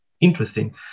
Interesting